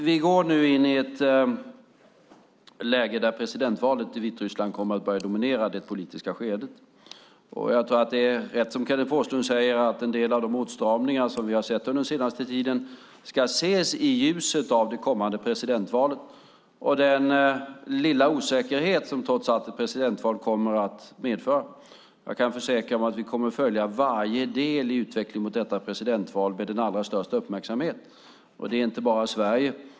Vi går nu in i ett läge där presidentvalet i Vitryssland kommer att börja dominera det politiska skedet. Jag tror att det är rätt som Kenneth Forslund säger, att en del av de åtstramningar som vi har sett under den senaste tiden ska ses i ljuset av det kommande presidentvalet och den lilla osäkerhet som ett presidentval trots allt kommer att medföra. Jag kan försäkra er om att vi kommer att följa varje del i utvecklingen mot detta presidentval med allra största uppmärksamhet. Det är inte bara Sverige.